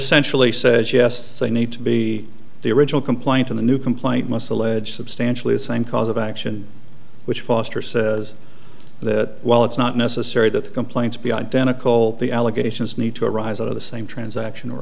essentially says yes they need to be the original complaint in the new complaint muscle ledge substantially the same cause of action which foster says that while it's not necessary that the complaints be identical the allegations need to arise out of the same transaction or